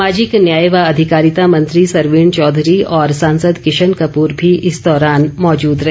सामाजिक न्याय व अधिकारिता मंत्री सरवीण चौधरी और सांसद किशन कपूर भी इस दौरान मौजूद रहे